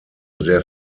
sehr